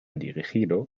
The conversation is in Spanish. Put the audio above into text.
dirigido